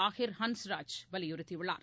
அகிர் ஹன்ஸ்ராஜ் வலியுறுத்தியுள்ளார்